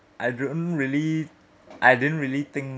I didn't really I didn't really think